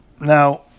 Now